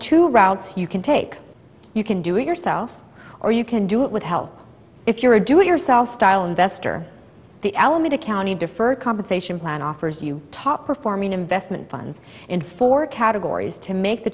two routes you can take you can do it yourself or you can do it would help if you're a do it yourself style investor the alameda county deferred compensation plan offers you top performing investment funds in four categories to make the